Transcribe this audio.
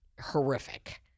horrific